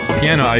piano